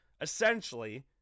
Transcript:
essentially